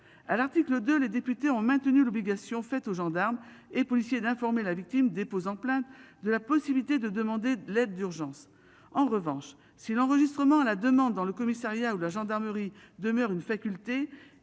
à l'article de. Les députés ont maintenu l'obligation faite aux gendarmes et policiers d'informer la victime déposant plainte de la possibilité de demander de l'aide d'urgence. En revanche, si l'enregistrement à la demande dans le commissariat ou la gendarmerie demeure une faculté,